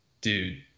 dude